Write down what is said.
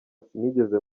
sinigeze